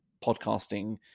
podcasting